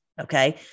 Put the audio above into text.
Okay